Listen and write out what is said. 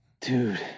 Dude